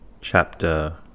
Chapter